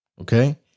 Okay